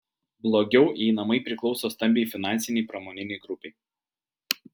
blogiau jei namai priklauso stambiai finansinei pramoninei grupei